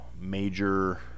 major